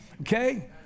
Okay